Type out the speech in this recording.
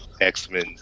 X-Men